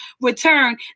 return